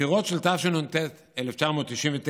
בבחירות של תשנ"ט, 1999,